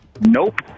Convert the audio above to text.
Nope